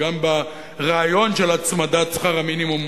גם ברעיון של הצמדת שכר המינימום